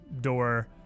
door